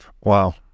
Wow